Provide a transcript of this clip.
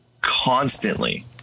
constantly